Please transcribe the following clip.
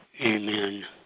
Amen